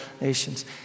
nations